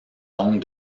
donc